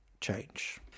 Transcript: change